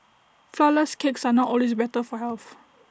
Flourless Cakes are not always better for health